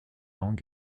langue